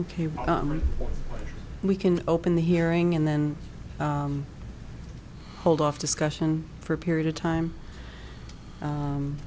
ok we can open the hearing and then hold off discussion for a period of time